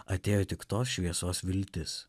atėjo tik tos šviesos viltis